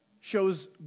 shows